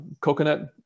coconut